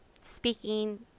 speaking